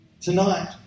tonight